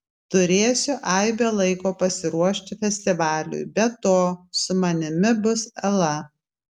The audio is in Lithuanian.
turėsiu aibę laiko pasiruošti festivaliui be to su manimi bus ela